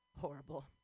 horrible